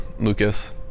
Lucas